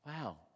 Wow